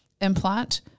implant